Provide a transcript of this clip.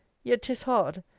yet tis hard,